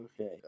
okay